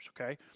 okay